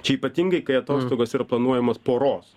čia ypatingai kai atostogos yra planuojamos poros